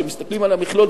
כשמסתכלים על המכלול,